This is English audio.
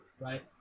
right